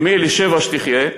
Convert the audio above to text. אמי אלישבע, שתחיה,